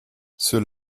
ceux